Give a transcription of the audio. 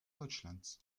deutschlands